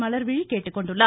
மலர்விழி கேட்டுக்கொண்டுள்ளார்